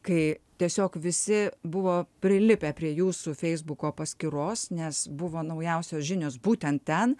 kai tiesiog visi buvo prilipę prie jūsų feisbuko paskyros nes buvo naujausios žinios būtent ten